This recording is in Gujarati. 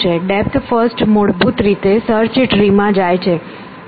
ડેપ્થ ફર્સ્ટ મૂળભૂત રીતે સર્ચ ટ્રી માં જાય છે